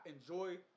enjoy